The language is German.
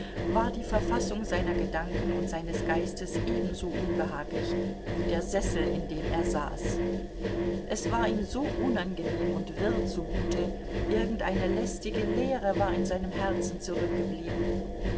war die verfassung seiner gedanken und seines geistes ebenso unbehaglich wie der sessel in dem er saß es war ihm so unangenehm und wirr zumute irgendeine lästige leere war in seinem herzen zurückgeblieben